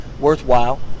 worthwhile